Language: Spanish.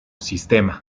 sistema